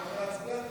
בעמידה אפשר להצביע?